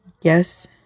yes